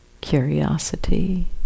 curiosity